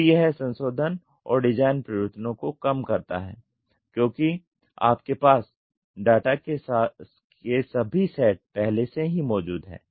तो यह संशोधन और डिजाइन परिवर्तनों को कम करता है क्योंकि आपके पास डाटा के सभी सेट पहले से ही मौजूद हैं